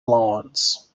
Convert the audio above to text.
lawns